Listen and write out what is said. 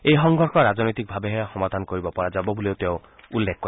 এই সংঘৰ্ষ ৰাজনৈতিকভাৱেহে সমাধান কৰিব পৰা যাব বুলিও তেওঁ উল্লেখ কৰে